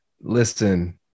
Listen